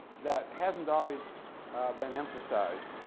that hasn't always been emphasized,